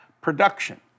production